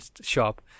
shop